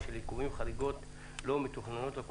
של עיכובים וחריגות לא מתוכננות לא מתוכננות,